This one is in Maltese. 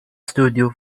studju